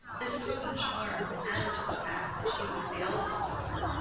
this potent charm, added to the fact that she was the eldest daughter,